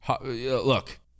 look